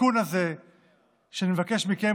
התיקון הזה שאני מבקש מכם,